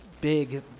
big